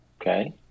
Okay